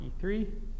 E3